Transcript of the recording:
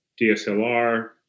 DSLR